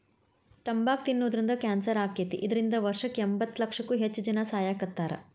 ತಂಬಾಕ್ ತಿನ್ನೋದ್ರಿಂದ ಕ್ಯಾನ್ಸರ್ ಆಕ್ಕೇತಿ, ಇದ್ರಿಂದ ವರ್ಷಕ್ಕ ಎಂಬತ್ತಲಕ್ಷಕ್ಕೂ ಹೆಚ್ಚ್ ಜನಾ ಸಾಯಾಕತ್ತಾರ